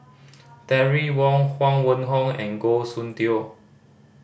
Terry Wong Huang Wenhong and Goh Soon Tioe